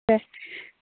दे